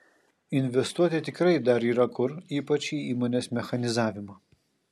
investuoti tikrai dar yra kur ypač į įmonės mechanizavimą